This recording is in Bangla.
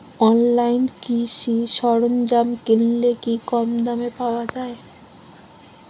অনলাইনে কৃষিজ সরজ্ঞাম কিনলে কি কমদামে পাওয়া যাবে?